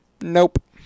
Nope